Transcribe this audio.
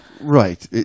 right